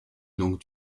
longue